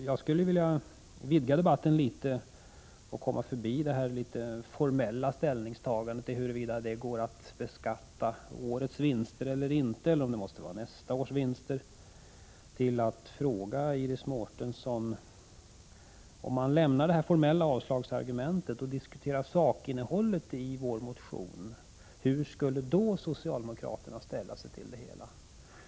Jag skulle vilja vidga debatten litet och komma förbi det formella ställningstagandet, huruvida det går att beskatta årets vinster eller inte eller om det måste vara nästa års vinster, och fråga Iris Mårtensson: Om man lämnar det formella avslagsargumentet och diskuterar sakinnehållet i vår motion, hur skulle då socialdemokraterna ställa sig till det hela?